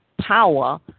power